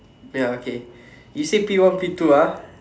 ya okay you say P one P two ah